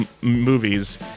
movies